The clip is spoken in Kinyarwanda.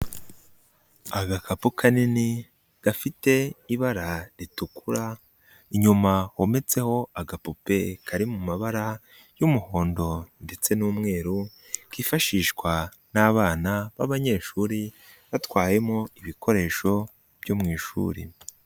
Agakapu kanini gafite ibara ritukura, inyuma wometseho agapupe kari mu mabara y'umuhondo ndetse n'umweru, kifashishwa n'abana b'abanyeshuri batwayemo ibikoresho byo mu ishuri.